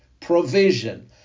provision